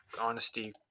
honesty